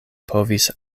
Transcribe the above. povis